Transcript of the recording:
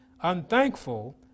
unthankful